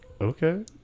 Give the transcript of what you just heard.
Okay